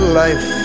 life